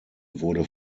wurde